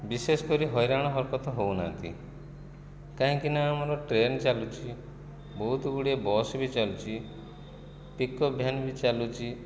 ବିଶେଷକରି ହଇରାଣ ହରକତ ହେଉ ନାହାନ୍ତି କାହିଁକିନା ଆମର ଟ୍ରେନ୍ ଚାଲୁଛି ବହୁତ ଗୁଡ଼ିଏ ବସ୍ ବି ଚାଲୁଛି ପିକଅପ୍ ଭ୍ୟାନ୍ ବି ଚାଲୁଛି